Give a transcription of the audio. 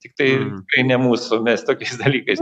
tiktai tikrai ne mūsų mes tokiais dalykais